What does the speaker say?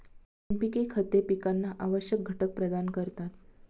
NPK खते पिकांना आवश्यक घटक प्रदान करतात